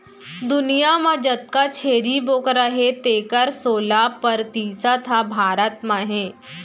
दुनियां म जतका छेरी बोकरा हें तेकर सोला परतिसत ह भारत म हे